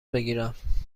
بگیرم